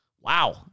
Wow